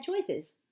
choices